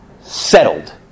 settled